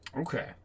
Okay